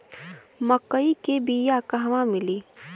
मक्कई के बिया क़हवा मिली?